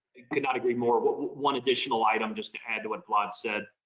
could not agree more. but one additional item just to add to what vlad said,